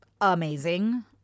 amazing